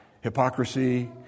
hypocrisy